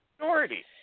Minority